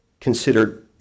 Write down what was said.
considered